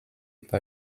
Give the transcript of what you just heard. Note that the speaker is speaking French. par